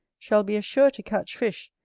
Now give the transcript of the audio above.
shall be as sure to catch fish,